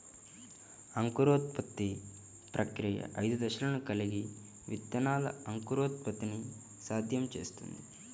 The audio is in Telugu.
అంకురోత్పత్తి ప్రక్రియ ఐదు దశలను కలిగి విత్తనాల అంకురోత్పత్తిని సాధ్యం చేస్తుంది